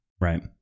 Right